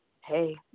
hey